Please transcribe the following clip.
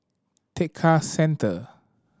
Tekka Centre